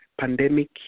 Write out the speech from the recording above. pandemic